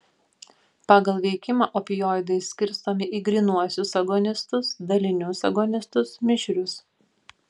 pagal veikimą opioidai skirstomi į grynuosius agonistus dalinius agonistus mišrius